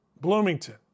Bloomington